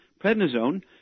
prednisone